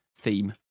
theme